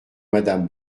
madame